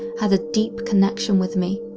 had a deep connection with me.